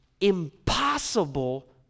impossible